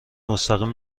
مستقیم